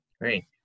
Great